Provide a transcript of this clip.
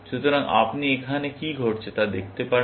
সুতরাং আপনি এখানে কী ঘটছে তা দেখতে পারেন